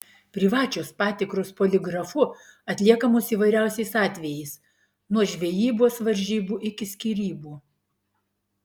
privačios patikros poligrafu atliekamos įvairiausiais atvejais nuo žvejybos varžybų iki skyrybų